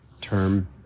term